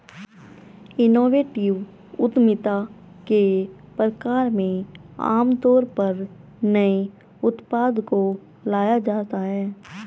innovative उद्यमिता के प्रकार में आमतौर पर नए उत्पाद को लाया जाता है